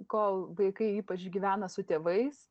kol vaikai ypač gyvena su tėvais